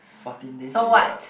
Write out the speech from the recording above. fourteen days a year